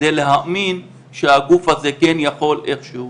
כדי להאמין שהגוף הזה כן יכול איכשהו,